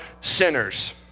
sinners